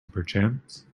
perchance